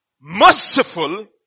merciful